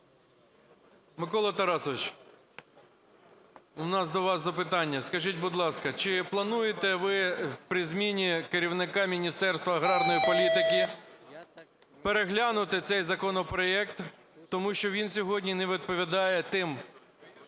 Микола Тарасович, у нас до вас запитання. Скажіть, будь ласка, чи плануєте ви при зміні керівника Міністерства аграрної політики переглянути цей законопроект, тому що він сьогодні не відповідає тим